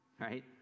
right